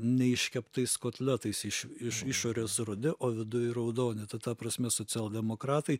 neiškeptais kotletais iš iš išorės rudi o viduj raudoni ta ta prasme socialdemokratai